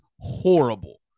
horrible